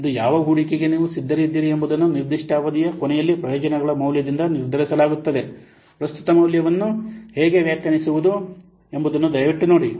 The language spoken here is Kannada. ಇಂದು ಯಾವ ಹೂಡಿಕೆಗೆ ನೀವು ಸಿದ್ಧರಿದ್ದೀರಿ ಎಂಬುದನ್ನು ನಿರ್ದಿಷ್ಟ ಅವಧಿಯ ಕೊನೆಯಲ್ಲಿ ಪ್ರಯೋಜನಗಳ ಮೌಲ್ಯದಿಂದ ನಿರ್ಧರಿಸಲಾಗುತ್ತದೆ ಪ್ರಸ್ತುತ ಮೌಲ್ಯವನ್ನು ಹೇಗೆ ವ್ಯಾಖ್ಯಾನಿಸುವುದು ಎಂಬುದನ್ನು ದಯವಿಟ್ಟು ನೋಡಿ